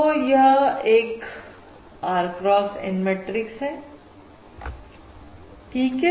तो यह एक R cross N मैट्रिक्स है ठीक